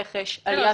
רכש, עליית מדדים.